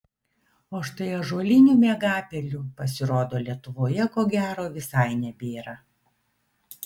o štai ąžuolinių miegapelių pasirodo lietuvoje ko gero visai nebėra